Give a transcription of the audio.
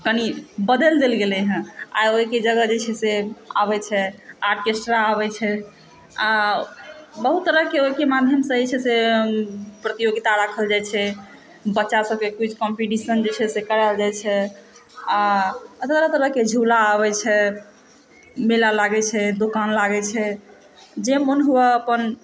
कनि बदैल देल गेलै हँ आइ ओहिके जगह जे छै से आबै छै आर्केस्ट्रा आबै छै आ बहुत तरहकेँ ओहिके माध्यमसँ जे छै से प्रतियोगिता राखल जाइ छै बच्चा सबके क्कीज कम्पटीशन जे छै से करायल जाइ छै आ तरह तरहकेँ झुला आबै छै मेला लागै छै दोकान लागै छै जे मन हुए अपन